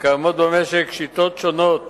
קיימות במשק שיטות שונות